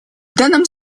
данном